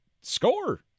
score